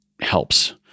helps